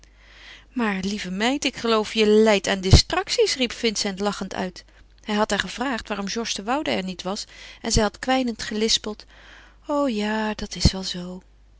maar lieve meid ik geloof je lijdt aan distracties riep vincent lachend uit hij had haar gevraagd waarom georges de woude er niet was en zij had kwijnend gelispeld o ja dat is wel zoo